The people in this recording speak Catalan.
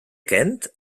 kent